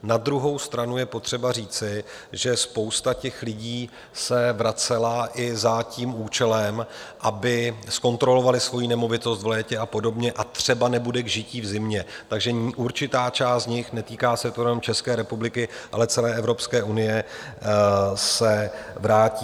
Na druhou stranu je potřeba říci, že spousta těch lidí se vracela i za tím účelem, aby zkontrolovali svoji nemovitost v létě a podobně, a třeba nebude k žití v zimě, takže určitá část z nich, netýká se to jenom České republiky, ale celé Evropské unie, se vrátí.